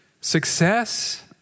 success